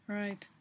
right